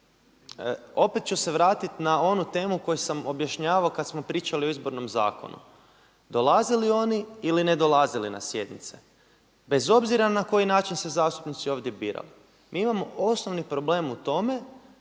opet ću se vratiti na onu temu koju sam objašnjavao kada smo pričali o Izbornom zakonu. Dolazili oni ili ne dolazili na sjednice, bez obzira na koji način se zastupnici ovdje birali, mi imamo osnovni problem u tome